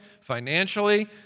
financially